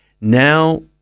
Now